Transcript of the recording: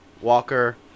Walker